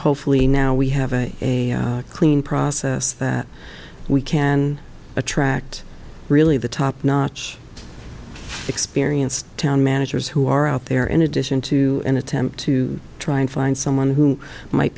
hopefully now we have a clean process that we can attract really the top notch experienced town managers who are out there in addition to an attempt to try and find someone who might